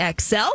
XL